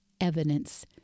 evidence